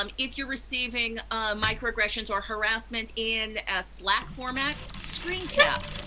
um if you're receiving microaggressions or harassment in a slack format, screencap.